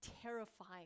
terrifying